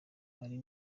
ari